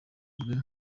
bwe